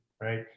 right